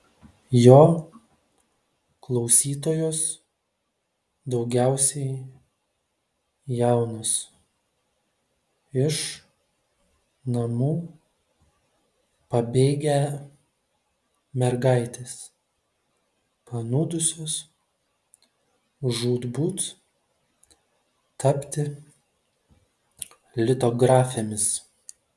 jo klausytojos daugiausiai jaunos iš namų pabėgę mergaitės panūdusios žūtbūt tapti litografėmis